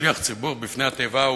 שליח ציבור לפני התיבה.